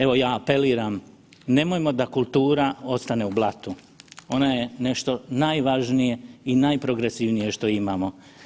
Evo, ja apeliram, nemojmo da kultura ostane u blatu, ona je nešto najvažnije i najprogresivnije što imamo.